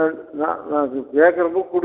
சரி நான் நான் எனக்கு கேட்குற புக் கொடுத்